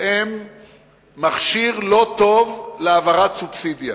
הם מכשיר לא טוב להעברת סובסידיה.